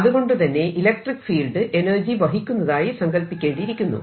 അതുകൊണ്ടുതന്നെ electric field energy വഹിക്കുന്നതായി സങ്കൽപ്പിക്കേണ്ടിയിരിക്കുന്നു